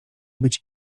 być